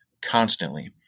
constantly